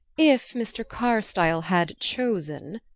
if mr. carstyle had chosen,